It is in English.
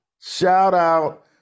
Shout-out